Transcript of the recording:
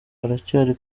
aracyari